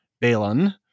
Balin